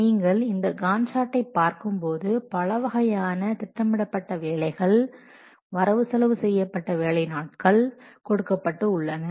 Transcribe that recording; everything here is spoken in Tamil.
நீங்கள் இந்த காண்ட் சார்டை பார்க்கும்போது பல வகையான திட்டமிடப்பட்ட வேலைகள் வரவு செலவு செய்யப்பட்ட வேலை நாட்கள் கொடுக்கப்பட்டு உள்ளன